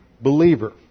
believer